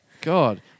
God